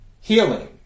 Healing